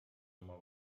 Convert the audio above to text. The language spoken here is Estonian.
oma